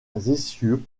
essieux